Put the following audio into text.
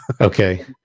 okay